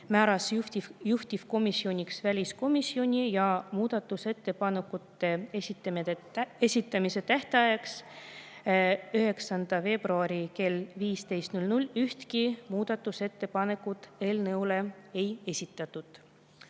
määras juhtivkomisjoniks väliskomisjoni ja muudatusettepanekute esitamise tähtajaks 9. veebruari kell 15. Ühtegi muudatusettepanekut eelnõu kohta ei esitatud.